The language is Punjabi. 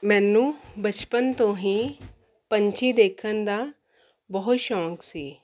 ਮੈਨੂੰ ਬਚਪਨ ਤੋਂ ਹੀ ਪੰਛੀ ਦੇਖਣ ਦਾ ਬਹੁਤ ਸ਼ੌਂਕ ਸੀ